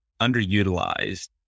underutilized